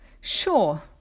Sure